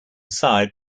side